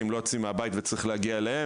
כי הם לא יוצאים מהבית וצריך להגיע אליהם,